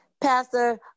Pastor